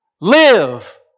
Live